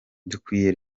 dukwiye